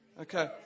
Okay